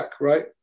Right